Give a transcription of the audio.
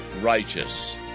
righteous